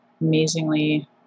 amazingly